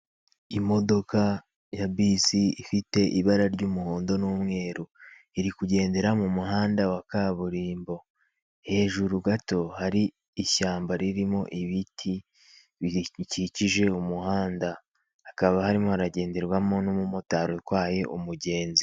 Imodoka ya bisi, ifite ibara ry'umuhondo n'umweru. Iri kugendera mu muhanda wa kaburimbo. Hejuru gato hari ishyamba ririmo ibiti bikikije umuhanda. Hakaba harimo haragenderwamo n'umumotari utwaye umugenzi.